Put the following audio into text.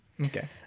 Okay